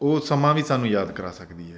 ਉਹ ਸਮਾਂ ਵੀ ਸਾਨੂੰ ਯਾਦ ਕਰਾ ਸਕਦੀ ਹੈ